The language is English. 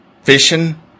fishing